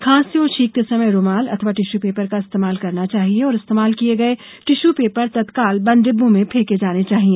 खांसते और छींकते समय रूमाल अथवा टिश्यू पेपर का इस्तेरमाल करना चाहिए और इस्तेमाल किये गये टिश्यू पेपर तत्काल बंद डिब्बों में फेंके जाने चाहिए